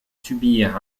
subir